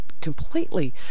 completely